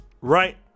right